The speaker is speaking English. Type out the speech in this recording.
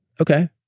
Okay